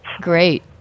great